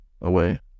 away